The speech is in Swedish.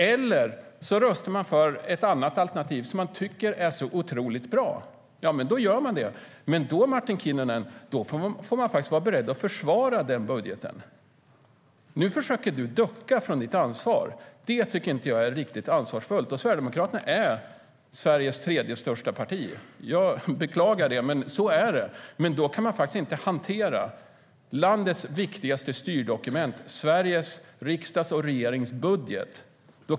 Eller så röstar man på ett annat alternativ för att man tycker att det är så otroligt bra. Men då, Martin Kinnunen, får man faktiskt vara beredd att försvara den budgeten. Nu försöker Martin Kinnunen ducka från sitt ansvar. Det tycker jag inte är riktigt ansvarsfullt. Sverigedemokraterna är Sveriges tredje största parti. Jag beklagar det, men så är det. Då kan man faktiskt inte hantera landets viktigaste styrdokument, Sveriges riksdags och regerings budget, på det här viset.